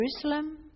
Jerusalem